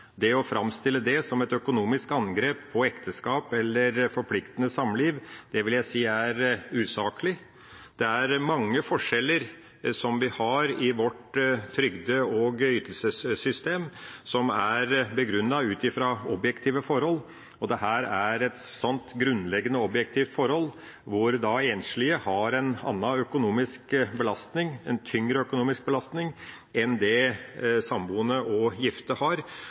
Å framstille det som et økonomisk angrep på ekteskap eller forpliktende samliv vil jeg si er usaklig. Det er mange forskjeller som vi har i vårt trygde- og ytelsessystem som er begrunnet ut fra objektive forhold, og dette er et slikt grunnleggende objektivt forhold, hvor enslige har en annen økonomisk belastning, en tyngre økonomisk belastning, enn det samboende og gifte har,